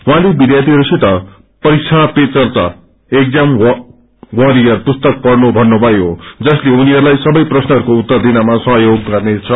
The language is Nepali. उहाँले विव्यार्यीहरूसित परीक्षा पेचर्चा एकजाम वारियर पुस्तक पढ़नु थन्नुथयो जसले उनीहरूलाई सबै प्रश्नहरूको उत्तर दिनमा सहयोग गर्नेछ